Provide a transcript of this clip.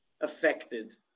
affected